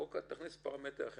תכניס פרמטר אחר.